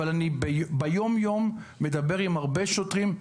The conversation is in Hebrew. ואני ביום-יום מדבר עם הרבה שוטרים.